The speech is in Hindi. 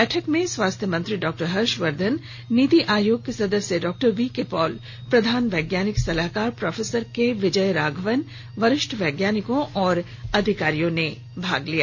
बैठक में स्वास्थ्य मंत्री डॉ हर्षवर्धन नीति आयोग के सदस्य डॉ वीके पॉल प्रधान वैज्ञानिक सलाहकार प्रोफेसर के विजयराघवन वरिष्ठ वैज्ञानिकों और अधिकारियों ने भाग लिया